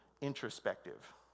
introspective